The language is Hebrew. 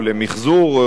או למיחזור,